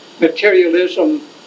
materialism